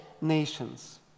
nations